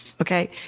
okay